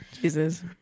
Jesus